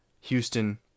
Houston